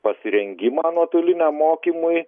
pasirengimą nuotoliniam mokymui